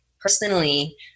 personally